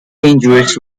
dangerous